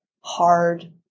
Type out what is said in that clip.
hard